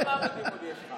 כמה עמודים עוד יש לך?